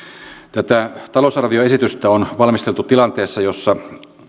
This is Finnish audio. tätä talousarvioesitystä on valmisteltu tilanteessa jossa